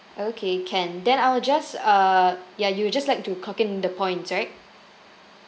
okay can then I'll just uh ya you'd just like to cork in the points right